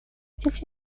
этих